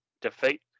defeat